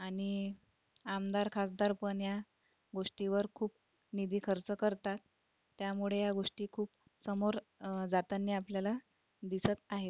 आणि आमदार खासदार पण या गोष्टीवर खूप निधी खर्च करतात त्यामुळे या गोष्टी खूप समोर जाताना आपल्याला दिसत आहेत